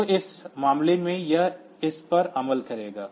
तो इस मामले में यह इस पर अमल करेगा